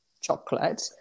chocolate